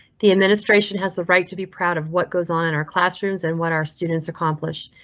the administration has the right to be proud of what goes on in our classrooms and what our students accomplished.